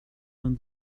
vingt